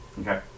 Okay